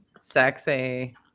sexy